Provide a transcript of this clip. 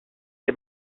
est